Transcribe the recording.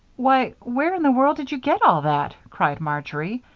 why, where in the world did you get all that? cried marjory.